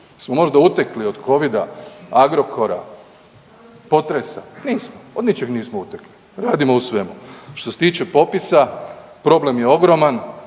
smo možda utekli od covida, Agrokora, potresa, nismo, od ničeg nismo utekli, radimo u svemu. Što se tiče popisa, problem je ogroman,